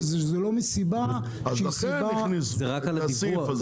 כשזה לא מסיבה שהיא סיבה --- אז לכן הכניסו את הסעיף הזה.